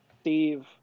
Steve